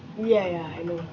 ya ya I know